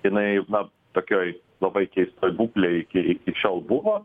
jinai na tokioj labai keistoj būklėj iki iki šiol buvo